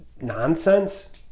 nonsense